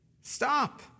Stop